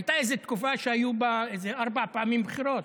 הייתה איזו תקופה שהיו בה איזה ארבע פעמים בחירות,